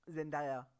Zendaya